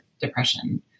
depression